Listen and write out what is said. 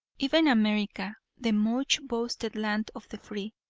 even america, the much boasted land of the free,